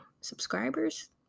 Subscribers